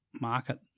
market